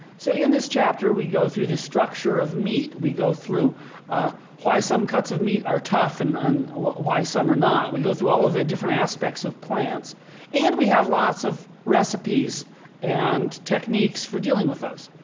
so in this chapter, we go through the structure of meat. we go through ah why some cuts of meat are tough and and why some are not. we go through all of the different aspects of plants and we have lots of recipes and techniques for dealing with those.